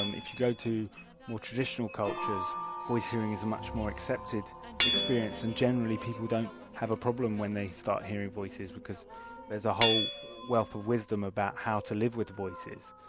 um if you go to more traditional cultures voice hearing is a much more accepted experience and generally people don't have a problem when they start hearing voices because there's a whole wealth of wisdom about how to live with voices.